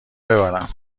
ببرم